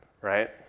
right